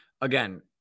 again